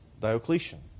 Diocletian